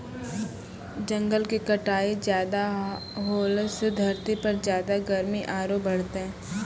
जंगल के कटाई ज्यादा होलॅ सॅ धरती पर ज्यादा गर्मी आरो बढ़तै